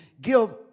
give